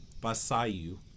Basayu